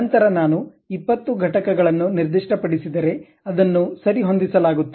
ನಂತರ ನಾನು 20 ಘಟಕಗಳನ್ನು ನಿರ್ದಿಷ್ಟಪಡಿಸಿದರೆ ಅದನ್ನು ಸರಿಹೊಂದಿಸಲಾಗುತ್ತದೆ